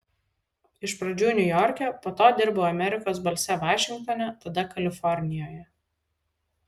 iš pradžių niujorke po to dirbau amerikos balse vašingtone tada kalifornijoje